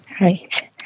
Right